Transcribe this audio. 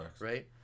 right